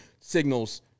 signals